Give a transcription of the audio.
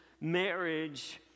marriage